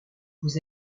vous